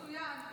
מצוין.